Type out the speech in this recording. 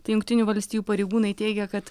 tai jungtinių valstijų pareigūnai teigia kad